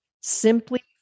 simply